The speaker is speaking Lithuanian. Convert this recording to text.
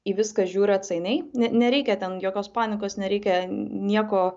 į viską žiūri atsainiai ne nereikia ten jokios panikos nereikia nieko